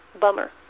Bummer